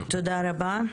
תודה רבה.